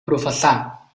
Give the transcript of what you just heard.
professà